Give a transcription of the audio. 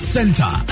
Center